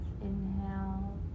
inhale